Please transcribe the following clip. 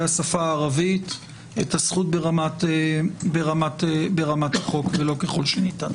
השפה הערבית את הזכות ברמת החוק ולא "ככל שניתן".